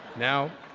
now,